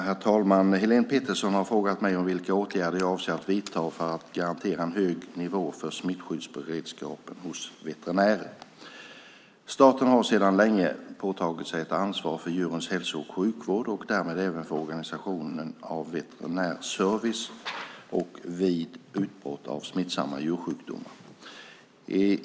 Herr talman! Helén Pettersson i Umeå har frågat mig vilka åtgärder jag avser att vidta för att garantera en hög nivå för smittskyddsberedskapen hos veterinärer. Staten har sedan länge påtagit sig ett ansvar för djurens hälso och sjukvård och därmed även för organisationen av veterinär service och vid utbrott av smittsamma djursjukdomar.